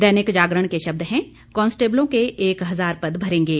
दैनिक जागरण के शब्द है कांस्टेबलों के एक हजार पद भरेंगे